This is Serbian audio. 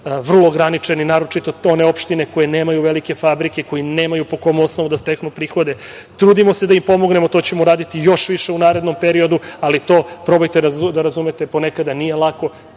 vrlo ograničeni, naročito one opštine koje nemaju velike fabrike, koje nemaju po kom osnovu da steknu prihode. Trudimo se da im pomognemo, to ćemo uraditi još više u narednom periodu, ali to probajte da razumete ponekada nije lako,